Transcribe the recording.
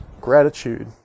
gratitude